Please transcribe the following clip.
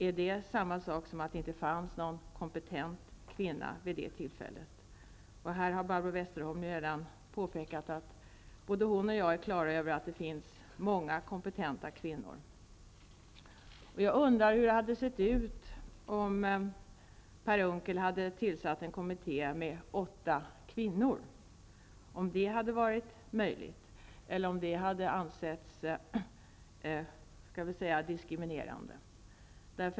Är det samma sak som att det inte fanns någon kompetent kvinna vid det tillfället? Här har Barbro Westerholm redan påpekat att både hon och jag är klara över att det finns många kompetenta kvinnor. Hur hade det sett ut om Per Unckel hade tillsatt en kommitté med åtta kvinnor? Hade det varit möjligt? Eller hade det ansetts vara diskriminerande?